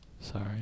sorry